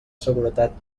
seguretat